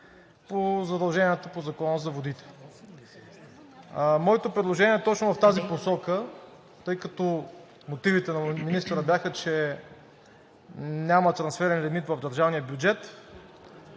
лв. задължения по Закона за водите. Моето предложение е точно в тази посока, тъй като мотивите на министъра бяха, че няма трансферен лимит в държавния бюджет,